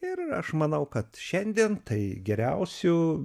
ir aš manau kad šiandien tai geriausiu